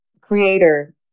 creator